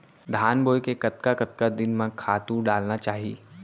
धान बोए के कतका कतका दिन म खातू डालना चाही?